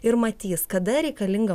ir matys kada reikalinga